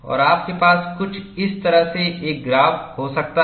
और आपके पास कुछ इस तरह से एक ग्राफ हो सकता है